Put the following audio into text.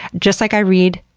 just like i read,